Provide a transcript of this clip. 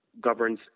governs